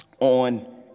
on